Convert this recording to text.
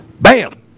Bam